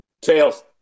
tails